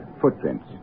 Footprints